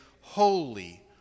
holy